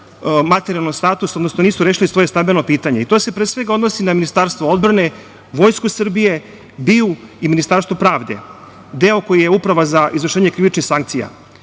materijalni status, odnosno nisu rešili svoje stambeno pitanje, a to se pre svega odnosi na Ministarstvo odbrane, Vojsku Srbije, BIA i Ministarstvo pravde, deo koji je Uprava za izvršenje krivičnih sankcija. Ovaj